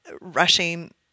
rushing